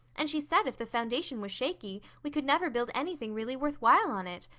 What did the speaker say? and she said if the foundation was shaky we could never build anything really worth while on it.